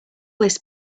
this